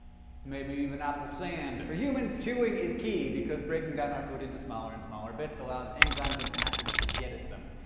maybe even apple sand. for humans, chewing is key because breaking down our food into smaller and smaller bits allows enzymes and acids to get at them.